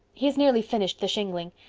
he has nearly finished the shingling.